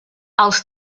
els